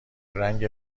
رنگ